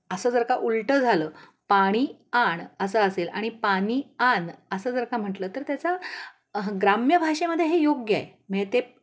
असं जर का उलटं झालं पाणी आण असं असेल आणि पाणी आण असं जर का म्हटलं तर त्याचा ग्राम्य भाषेमध्ये हे योग्य आहे म्हणजे ते